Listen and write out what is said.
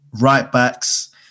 right-backs